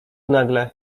nagle